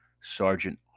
Sergeant